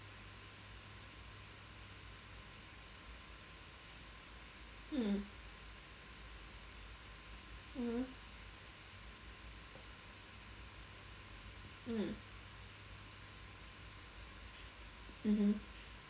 mm mmhmm mm mmhmm